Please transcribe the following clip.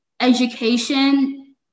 Education